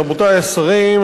רבותי השרים,